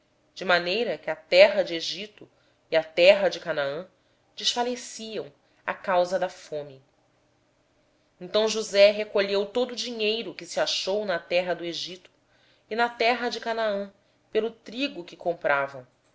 de modo que a terra do egito e a terra de canaã desfaleciam por causa da fome então josé recolheu todo o dinheiro que se achou na terra do egito e na terra de canaã pelo trigo que compravam